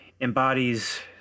embodies